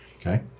Okay